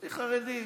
ביהודי חרדי,